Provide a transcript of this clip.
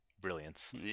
brilliance